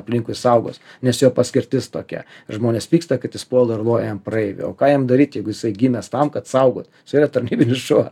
aplinkui saugos nes jo paskirtis tokia žmonės pyksta kad jis puola ir loja ant praeivių o ką jam daryt jeigu jisai gimęs tam kad saugotų čia yra tarnybinis šuo